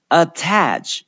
attach